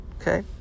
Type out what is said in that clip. okay